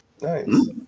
Nice